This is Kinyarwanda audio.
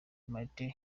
martin